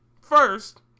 First